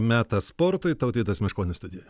metas sportui tautvydas meškonis studijoje